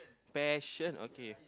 passion okay